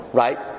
right